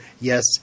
yes